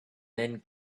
then